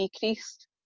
decreased